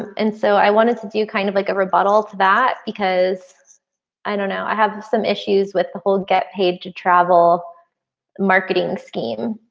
and so i wanted to do kind of like a rebuttal to that. because i don't know. i have some issues with the hold get paid to travel the marketing scheme,